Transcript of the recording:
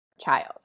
child